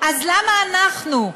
אז למה אנחנו,